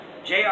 JR